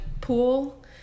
pool